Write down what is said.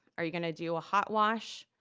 are you gonna do a hot wash?